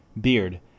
Beard